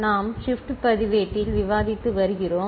நாம் ஷிப்ட் பதிவேட்டில் விவாதித்து வருகிறோம்